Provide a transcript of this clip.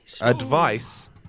advice